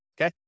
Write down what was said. Okay